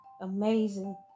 Amazing